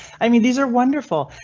i mean these are wonderful.